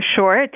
short